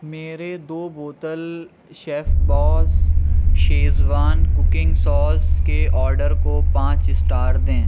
میرے دو بوتل chef boss schezwan cooking sauce کے آڈر کو پانچ اسٹار دیں